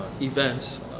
events